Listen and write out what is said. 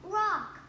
rock